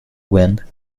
wild